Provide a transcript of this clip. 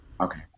Okay